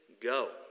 go